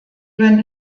leben